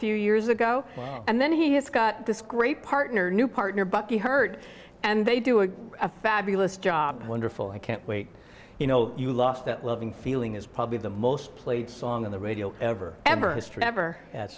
few years ago and then he has got this great partner new partner bucky hurt and they do a fabulous job wonderful i can you know you lost that loving feeling is probably the most played song on the radio ever ever ever